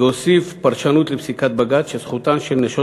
והוסיף פרשנות לפסיקת בג"ץ שזכותן של "נשות